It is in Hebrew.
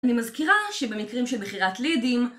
אני מזכירה שבמקרים של בחירת לידים